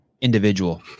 individual